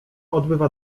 odbywa